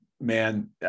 Man